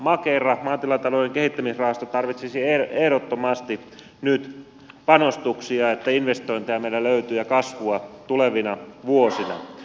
makera maatilatalouden kehittämisrahasto tarvitsisi ehdottomasti nyt panostuksia että investointeja meillä löytyy ja kasvua tulevina vuosina